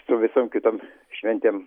su visom kitom šventėm